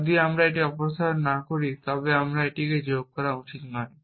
যদি আমি এটি অপসারণ না করি তবে আমার এটি এখানে যোগ করা উচিত নয়